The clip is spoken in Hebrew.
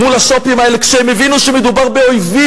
מול השו"פים האלה, כשהם הבינו שמדובר באויבים.